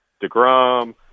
DeGrom